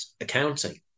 accounting